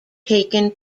taken